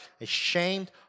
ashamed